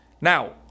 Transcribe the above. Now